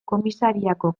komisariako